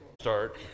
Start